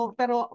pero